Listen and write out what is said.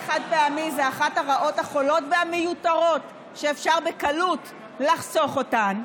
חד-פעמי זה אחת הרעות החולות והמיותרות שאפשר בקלות לחסוך אותן.